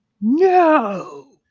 No